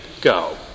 Go